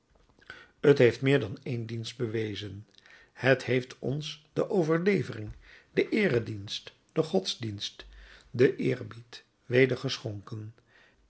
het heeft meer dan één dienst bewezen het heeft ons de overlevering den eeredienst den godsdienst den eerbied weder geschonken